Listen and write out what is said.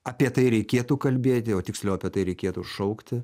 apie tai reikėtų kalbėti o tiksliau apie tai reikėtų šaukti